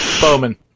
Bowman